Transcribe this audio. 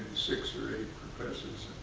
six or eight professors